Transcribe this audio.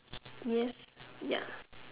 yes ya